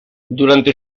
durante